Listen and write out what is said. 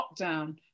lockdown